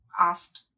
asked